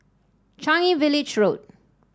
Changi Village Road